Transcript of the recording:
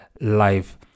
life